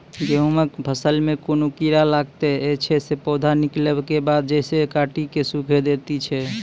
गेहूँमक फसल मे कून कीड़ा लागतै ऐछि जे पौधा निकलै केबाद जैर सऽ काटि कऽ सूखे दैति छै?